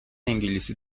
انگلیسی